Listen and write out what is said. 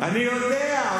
אני יודע,